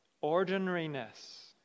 ordinariness